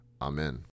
Amen